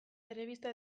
telebista